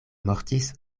mortis